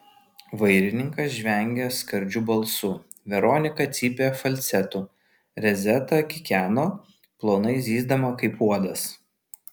vairininkas žvengė skardžiu balsu veronika cypė falcetu rezeta kikeno plonai zyzdama kaip uodas